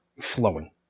flowing